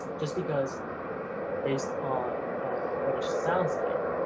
just because based on what it sounds like.